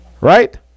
Right